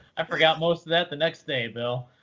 i forgot most of that the next day, bill.